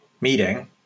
meeting